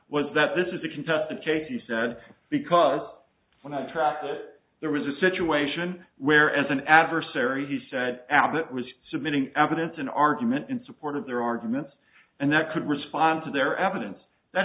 was that this is a contestant case he said because when i tracked it there was a situation where as an adversary he said abbott was submitting evidence and argument in support of their arguments and that could respond to their evidence that